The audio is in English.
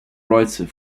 writer